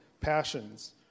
passions